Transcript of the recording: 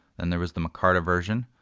then there was the micarta version.